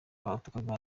gahunda